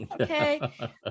Okay